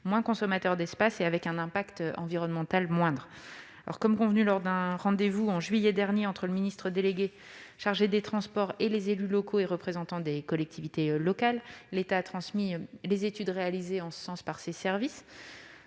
moins consommateur d'espace et avec un impact environnemental moindre. Comme convenu lors d'un rendez-vous en juillet dernier entre le ministre délégué chargé des transports et les élus locaux, l'État a transmisles études réalisées en ce sens par ses services.